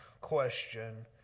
question